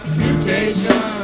mutation